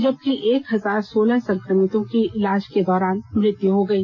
जबकि एक हजार सोलह संक्रमितों की इलाज के दौरान मृत्यु हो गई